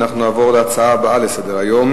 אנחנו נעבור לנושא הבא בסדר-היום,